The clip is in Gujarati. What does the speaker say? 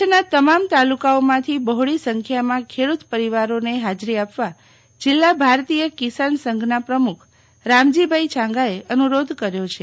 કચ્છના તમામ તાલુકાઓમાંથી બહોળી સંખ્યામાં ખેડુત પરિવારોનો હાજરી આપવા જિલ્લા ભારતીય કિસાન સંઘના પ્રમુખ રામજીભાઈ છાંગાએ અનુરોધ કર્યો છે